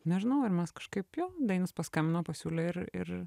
nežinau ir mes kažkaip jo dainius paskambino pasiūlė ir ir